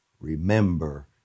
Remember